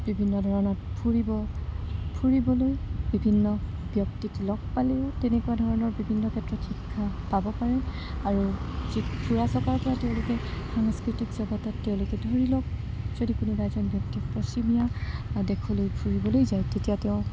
বিভিন্ন ধৰণৰ ফুৰিব ফুৰিবলৈ বিভিন্ন ব্যক্তিত লগ পালেও তেনেকুৱা ধৰণৰ বিভিন্ন ক্ষেত্ৰত শিক্ষা পাব পাৰে আৰু যি ফুৰা চকাৰপৰা তেওঁলোকে সাংস্কৃতিক জগতত তেওঁলোকে ধৰি লওক যদি কোনোবা এজন ব্যক্তিক পশ্চিমীয়া দেশলৈ ফুৰিবলৈ যায় তেতিয়া তেওঁ